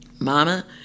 Mama